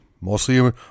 mostly